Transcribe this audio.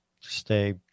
stay